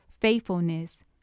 faithfulness